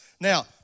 Now